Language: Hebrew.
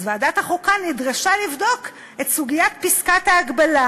אז ועדת החוקה נדרשה לבדוק את סוגיית פסקת ההגבלה,